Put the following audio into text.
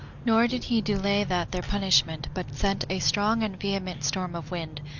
nor did he delay that their punishment, but sent a strong and vehement storm of wind,